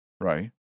Right